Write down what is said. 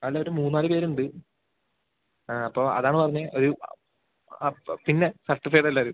അല്ല ഒരു മൂന്നാല് പേര് ഉണ്ട് ആ അപ്പം അതാണ് പറഞ്ഞത് ഒരു പിന്നെ സർട്ടിഫൈഡാണ് എല്ലാവരും